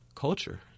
culture